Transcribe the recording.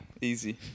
easy